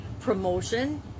promotion